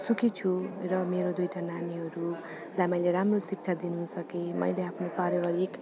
सुखी छु र मेरो दुइवटा नानीहरूलाई मैले राम्रो शिक्षा दिनु सके मैले आफ्नो पारिवारिक